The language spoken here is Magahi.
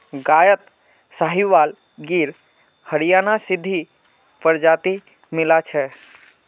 गायत साहीवाल गिर हरियाणा सिंधी प्रजाति मिला छ